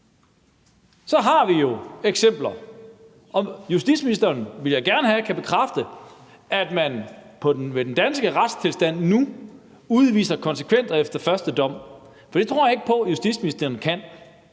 Jeg vil gerne have justitsministeren til at bekræfte, at man med den danske retstilstand nu udviser konsekvent og efter første dom. For det tror jeg ikke på justitsministeren kan